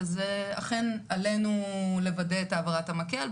וזה אכן עלינו לוודא את העברת המקל.